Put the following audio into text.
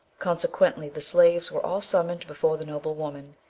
consequently the slaves were all summoned before the noble woman,